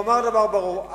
אבל, אומר דבר ברור.